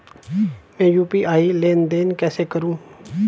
मैं यू.पी.आई लेनदेन कैसे करूँ?